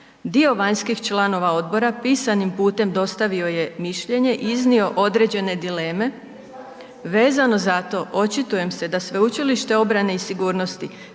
Dio vanjskih članova odbora pisanim putem dostavio je mišljenje i iznio određene dileme. Vezano za to očitujem se da Sveučilište obrane i sigurnosti